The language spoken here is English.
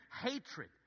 hatred